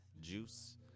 juice